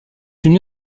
une